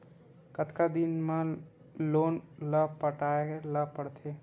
कतका दिन मा लोन ला पटाय ला पढ़ते?